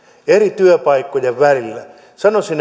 eri työpaikkojen välillä sanoisin